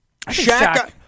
Shaq